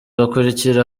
bakurikira